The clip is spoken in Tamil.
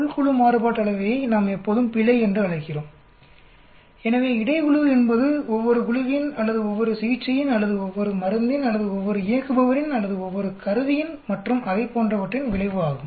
உள் குழு மாறுபாட்டு அளவையை நாம் எப்போதும் பிழை என்று அழைக்கிறோம் எனவே இடை குழு என்பது ஒவ்வொரு குழுவின் அல்லது ஒவ்வொரு சிகிச்சையின் அல்லது ஒவ்வொரு மருந்தின் அல்லது ஒவ்வொரு இயக்குபவரின் அல்லது ஒவ்வொரு கருவியின் மற்றும் அதைப்போன்றவற்றின் விளைவு ஆகும்